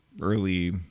early